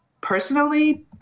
personally